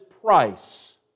price